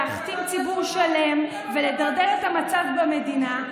להכתים ציבור שלם ולדרדר את המצב במדינה,